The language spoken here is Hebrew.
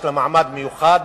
יש לה מעמד מיוחד.